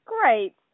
Great